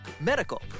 medical